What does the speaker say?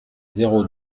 zéro